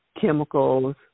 chemicals